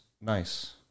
nice